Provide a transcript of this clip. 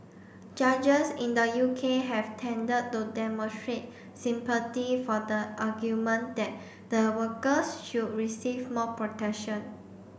judges in the U K have tended to demonstrate sympathy for the argument that the workers should receive more protection